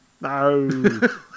No